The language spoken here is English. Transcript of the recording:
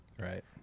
right